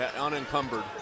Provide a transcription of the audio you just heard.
unencumbered